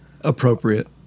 Appropriate